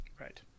Right